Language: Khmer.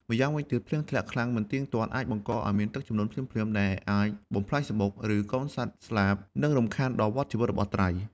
ម្យ៉ាងវិញទៀត ភ្លៀងធ្លាក់ខ្លាំងមិនទៀងទាត់អាចបង្កឱ្យមានទឹកជំនន់ភ្លាមៗ ដែលអាចបំផ្លាញសំបុក ឬកូនសត្វស្លាប និងរំខានដល់វដ្តជីវិតរបស់ត្រី។